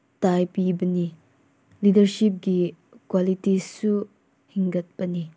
ꯇꯥꯛꯄꯤꯕꯅꯤ ꯂꯤꯗꯔꯁꯤꯞꯀꯤ ꯀ꯭ꯋꯥꯂꯤꯇꯤꯁꯨ ꯍꯦꯟꯒꯠꯄꯅꯤ